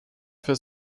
für